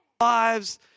Lives